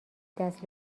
دست